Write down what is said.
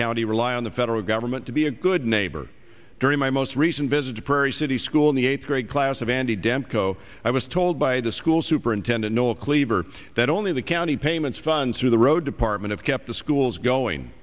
county rely on the federal government to be a good neighbor during my most recent visit to prairie city school in the eighth grade class of n d dempo i was told by the school superintendent no cleaver that only the county payments fund through the road department of kept the schools going